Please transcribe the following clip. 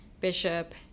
bishop